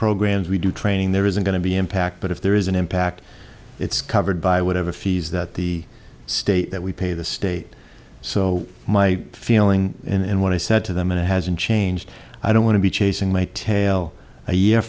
programs we do training there is going to be impact but if there is an impact it's covered by whatever fees that the state that we pay the state so my feeling in what i said to them and it hasn't changed i don't want to be chasing my tail a year